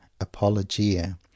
Apologia